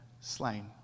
slain